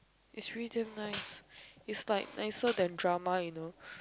is really damn nice is like nicer than drama you know